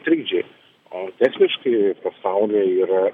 trikdžiai o techniškai pasaulyje yra